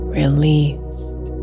released